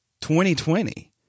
2020